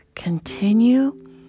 Continue